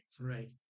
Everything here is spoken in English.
Right